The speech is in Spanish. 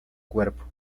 cuerpo